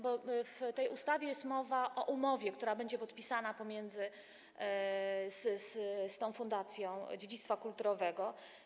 Bo w tej ustawie jest mowa o umowie, która będzie podpisana z Fundacją Dziedzictwa Kulturowego.